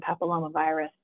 papillomavirus